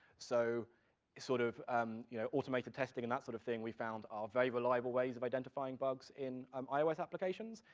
so sort of um you know automated testing and that sort of thing, we found, are very reliable ways of identifying bugs in um ios applications,